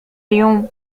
اليوم